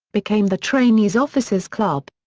became the trainee's officers club.